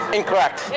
Incorrect